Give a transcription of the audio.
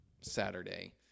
Saturday